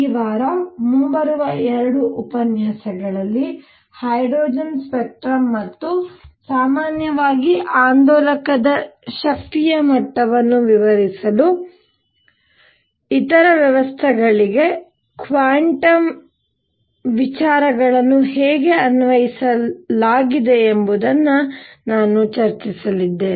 ಈ ವಾರ ಮುಂಬರುವ 2 ಉಪನ್ಯಾಸಗಳಲ್ಲಿ ಹೈಡ್ರೋಜನ್ ಸ್ಪೆಕ್ಟ್ರಮ್ ಮತ್ತು ಸಾಮಾನ್ಯವಾಗಿ ಆಂದೋಲಕದ ಶಕ್ತಿಯ ಮಟ್ಟವನ್ನು ವಿವರಿಸಲು ಇತರ ವ್ಯವಸ್ಥೆಗಳಿಗೆ ಕ್ವಾಂಟಮ್ ವಿಚಾರಗಳನ್ನು ಹೇಗೆ ಅನ್ವಯಿಸಲಾಗಿದೆ ಎಂದು ನಾನು ಚರ್ಚಿಸಲಿದ್ದೇನೆ